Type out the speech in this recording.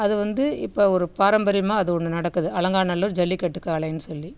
அது வந்து இப்போ ஒரு பாரம்பரியமாக அது ஒன்று நடக்குது அலங்காநல்லூர் ஜல்லிக்கட்டு காளைன்னு சொல்லி